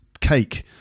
cake